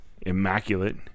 immaculate